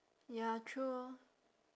ya true orh